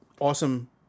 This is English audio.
awesome